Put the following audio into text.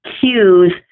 cues